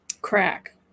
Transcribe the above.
crack